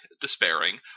despairing